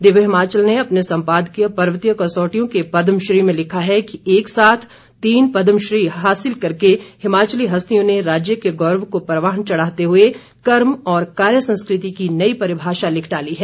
दिव्य हिमाचल ने अपने संपादकीय पर्वतीय कसौटियों के पदमश्री में लिखा है कि एक साथ तीन पदमश्री हासिल करके हिमाचली हस्तियों ने राज्य के गौरव को परवान चढ़ाते हुए कर्म और कार्य संस्कृति की नई परिभाषा लिख डाली है